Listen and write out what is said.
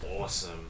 Awesome